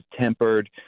tempered